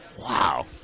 wow